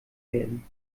werden